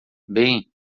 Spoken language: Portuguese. bem